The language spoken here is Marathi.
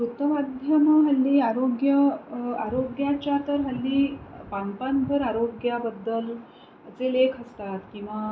वृत्तमाध्यमं हल्ली आरोग्य आरोग्याच्या तर हल्ली पान पानभर आरोग्याबद्दल चे लेख असतात किंवा